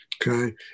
Okay